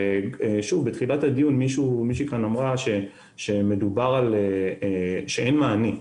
בתחילת הדיון מישהי כאן אמרה שאין מענה,